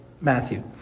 Matthew